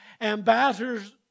ambassadors